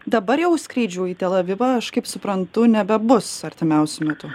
dabar jau skrydžių į tel avivą aš kaip suprantu nebebus artimiausiu metu